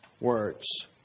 words